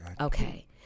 okay